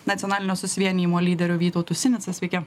nacionalinio susivienijimo lyderiu vytautu sinica sveiki